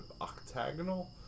octagonal